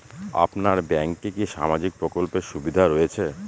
আপনার ব্যাংকে কি সামাজিক প্রকল্পের সুবিধা রয়েছে?